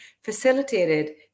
facilitated